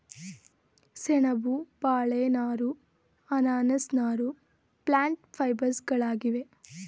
ಸೆಣಬು, ಬಾಳೆ ನಾರು, ಅನಾನಸ್ ನಾರು ಪ್ಲ್ಯಾಂಟ್ ಫೈಬರ್ಸ್ಗಳಾಗಿವೆ